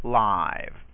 live